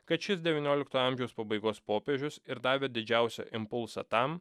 kad šis devyniolikto amžiaus pabaigos popiežius ir davė didžiausią impulsą tam